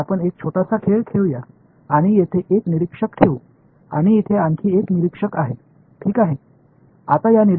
எனவே ஒரு சிறிய விளையாட்டை விளையாடுவோம் ஒரு பார்வையாளரை இங்கே வைப்போம் இங்கே மற்றொரு பார்வையாளர் இருக்கிறார்